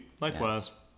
Likewise